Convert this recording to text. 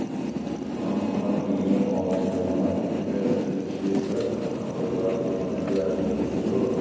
हम अपन premium online जमा के सके छियै सर आ परिवार के बाँकी आदमी के सेहो?